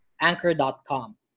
anchor.com